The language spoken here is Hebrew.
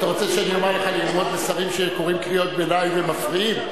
אתה רוצה שאני אומר לך ללמוד משרים שקוראים קריאות ביניים ומפריעים?